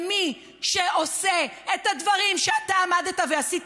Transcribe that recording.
מי שעושה את הדברים שאתה עמדת ועשית